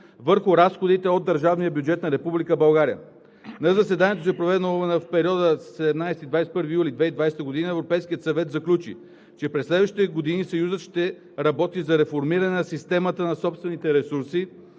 върху разходите от държавния бюджет на Република България. На заседанието си, проведено в периода 17 – 21 юли 2020 г., Европейският съвет заключи, че през следващите години Съюзът ще работи за реформиране на системата на собствените ресурси